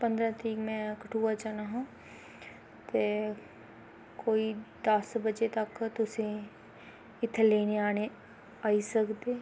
पंदरां तरीक में कठुआ जाना हा ते कोई दस बजे तक तुसें इत्थै लेने आने आई सकदे